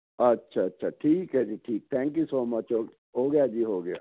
ਅੱਛਾ ਅੱਛਾ ਠੀਕ ਹੈ ਜੀ ਠੀਕ ਥੈਂਕ ਯੂ ਸੋ ਮਚ ਹੋ ਗਿਆ ਜੀ ਹੋ ਗਿਆ